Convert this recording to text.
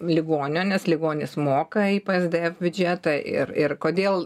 ligonio nes ligonis moka į p es d ef biudžetą ir ir kodėl